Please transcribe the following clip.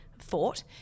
thought